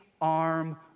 arm